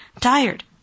tired